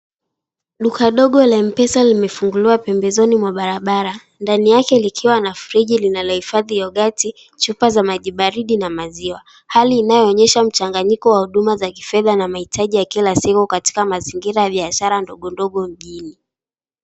Duka dogo la M-PESA limefunguliwa pembezoni mwa barabara ndani yake likiwa na friji linalohifadhi yogati, chupa za maji baridi na maziwa, hali inayoonyesha mchanganyiko wa huduma za kifedha na mahitaji ya kila siku katika mazingira ya biashara ndogo ndogo mjini.